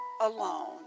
alone